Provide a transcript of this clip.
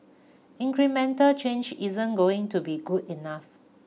incremental change isn't going to be good enough